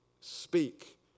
speak